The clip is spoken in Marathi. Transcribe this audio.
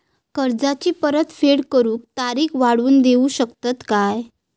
कर्जाची परत फेड करूक तारीख वाढवून देऊ शकतत काय?